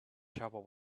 trouble